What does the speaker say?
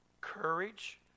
courage